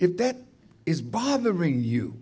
if that is bothering you